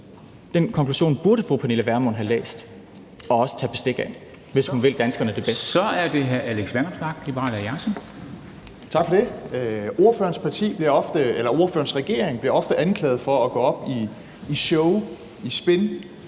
Den konklusion burde fru Pernille Vermund have læst og også taget bestik af, hvis hun vil danskerne det bedste.